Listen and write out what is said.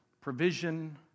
Provision